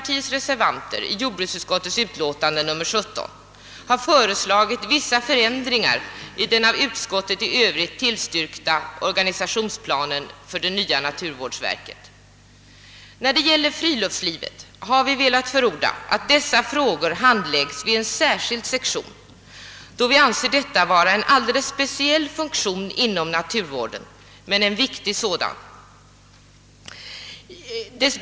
I den vid jordbruksutskottets utlåtande nr 17 fogade reservationen har högerpartiets representanter föreslagit vissa förändringar i den av utskottet i övrigt tillstyrkta organisationsplanen för det nya naturvårdsverket. För friluftslivet har vi velat förorda att dessa frågor handläggs vid en särskild sektion inom naturvårdsbyrån, då vi anser detta vara en alldeles speciell funktion inom naturvården — men en viktig sådan.